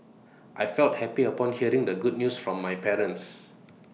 I felt happy upon hearing the good news from my parents